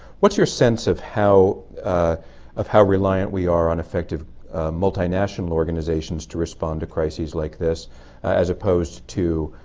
what's your sense of how ah of how reliant we are on effective multi-national organizations to respond to crisis like this as opposed to